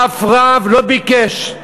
אף רב לא ביקש.